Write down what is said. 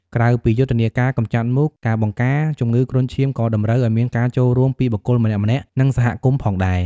ក្រៅពីយុទ្ធនាការកម្ចាត់មូស ការបង្ការជំងឺគ្រុនឈាមក៏តម្រូវឱ្យមានការចូលរួមពីបុគ្គលម្នាក់ៗ និងសហគមន៍ផងដែរ។